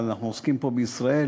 אבל אנחנו עוסקים פה בישראל,